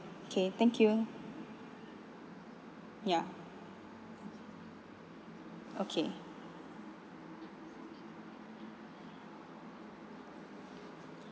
okay thank you ya okay